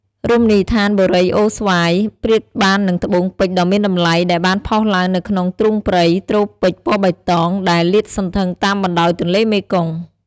រមណីដ្ឋានបូរីអូរស្វាយ ប្រៀបបាននឹងត្បូងពេជ្រដ៏មានតម្លៃ ដែលបានផុសឡើងនៅក្នុងទ្រូងព្រៃ ត្រូពិចពណ៌បៃតង ដែលលាតសន្ធឹងតាមបណ្តោយទន្លេមេគង្គ។